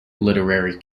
literary